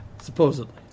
Supposedly